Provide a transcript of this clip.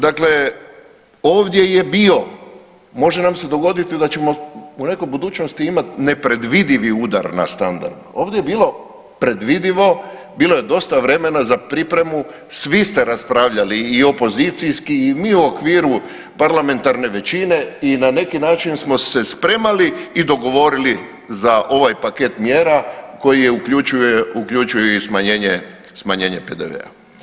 Dakle, ovdje je bio, može nam se dogoditi da ćemo u nekoj budućnosti imati nepredvidivi udar na standard, ovdje je bilo predvidivo, bilo je dosta vremena za pripremu, svi ste raspravljali i opozicijski i mi u okviru parlamentarne većine i na neki način smo se spremali i dogovorili za ovaj paket mjera koji uključuje, uključuje i smanjenje PDV-a.